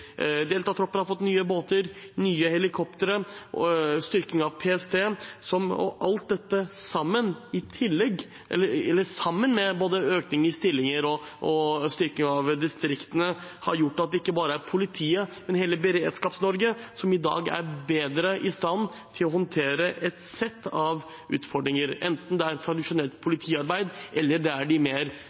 har fått nye båter, og vi har fått nye helikoptre og styrking av PST. Alt dette sammen med både økning i stillinger og styrking av distriktene har gjort at det ikke bare er politiet, men hele Beredskaps-Norge, som i dag er bedre i stand til å håndtere et sett av utfordringer, enten det er tradisjonelt politiarbeid, eller det er de farligere typer hendelser, som dessverre er blitt mer